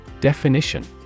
Definition